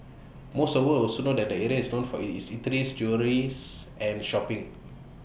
most of us would also know that the area is known for IT its eateries jewelleries and shopping